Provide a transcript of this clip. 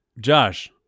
Josh